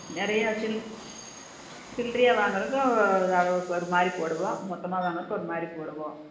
நிறையா சில்லறையா வாங்கறதுக்கும் ஒரு அளவுக்கு ஒரு மாதிரி போடுவோம் மொத்தமாக வாங்கறதுக்கு ஒரு மாதிரி போடுவோம்